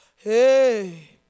Hey